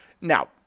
now